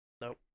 Nope